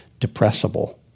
depressible